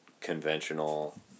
conventional